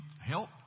help